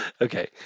Okay